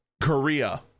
Korea